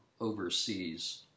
overseas